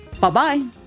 Bye-bye